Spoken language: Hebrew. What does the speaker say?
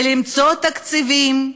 ולמצוא תקציבים.